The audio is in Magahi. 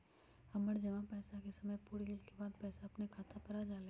हमर जमा पैसा के समय पुर गेल के बाद पैसा अपने खाता पर आ जाले?